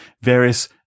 various